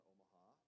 Omaha